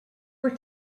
were